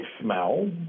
smell